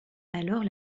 alors